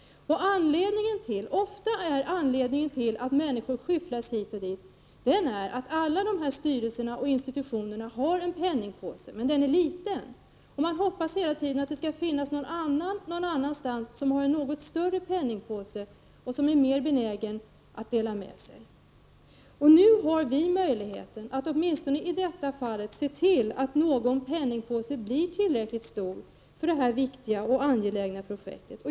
Ofta är anledningen till att människor skyfflas hit och dit att alla dessa styrelser eller institutioner visserligen har en penningpåse men att den är liten. Man hoppas hela tiden att det skall finnas någon annan någon annanstans som har en något större penningpåse och som är mer benägen att dela med sig. Nu har vi möjligheten att åtminstone i detta fall se till att någon penningpåse blir tillräckligt stor för detta viktiga och angelägna projekt.